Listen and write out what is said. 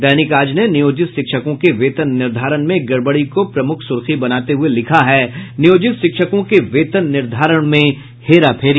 दैनिक आज ने नियोजित शिक्षकों के वेतन निर्धारण में गड़बड़ी को प्रमुख सुर्खी बनाते हुए लिखा है नियोजित शिक्षकों को वेतन निर्धारण में हेराफेरी